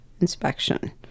inspection